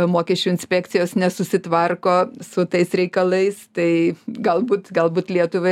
mokesčių inspekcijos nesusitvarko su tais reikalais tai galbūt galbūt lietuvai